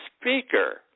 speaker